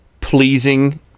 pleasing